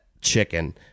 chicken